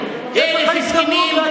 מעוות הסכם היסטורי,